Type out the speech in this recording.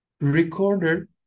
Recorder